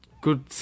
good